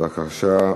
בבקשה,